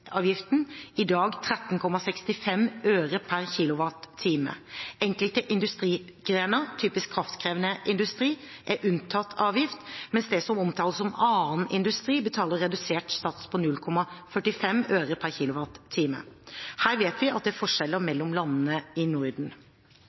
i dag 13,65 øre per kWh. Enkelte industrigrener, typisk kraftkrevende industri, er unntatt avgift, mens det som omtales som annen industri, betaler redusert sats på 0,45 øre per kWh. Her vet vi at det er forskjeller mellom landene i Norden.